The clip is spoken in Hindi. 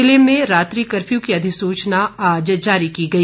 ज़िले में रात्रि कर्फ्यू की अधिसूचना आज जारी की गई